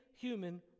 human